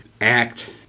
act